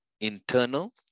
internal